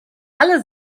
alle